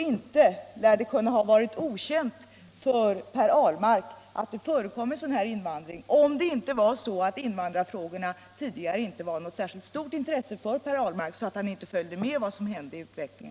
Har det varit okänt för Per Ahlmark att det förekom en sådan här invandring beror det på att frågorna inte var så intressanta för honom att han följde med vad som hände.